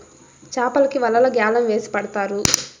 చాపలకి వలలు గ్యాలం వేసి పడతారు